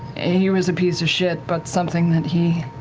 he was a piece of shit, but something that he